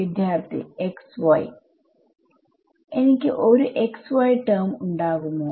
വിദ്യാർത്ഥി xy എനിക്ക് ഒരു xy ടെർമ് ഉണ്ടാകുമോ